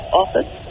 office